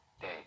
day